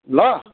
ल